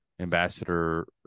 ambassador